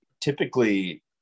Typically